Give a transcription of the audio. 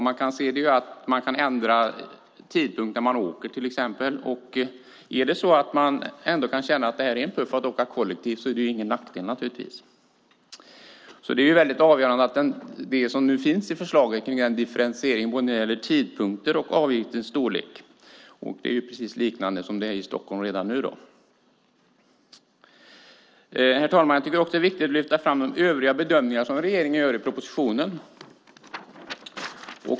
Man kan till exempel ändra tidpunkt när man åker. Är det så att man ändå kan känna att det är en puff att åka kollektivt är det ingen nackdel. Det är väldigt avgörande det som nu finns i förslaget om differentiering både när det gäller tidpunkter och avgiftens storlek, precis liknande som det redan nu finns i Stockholm. Herr talman! Det är också viktigt att lyfta fram de övriga bedömningar som regeringen gör i propositionen.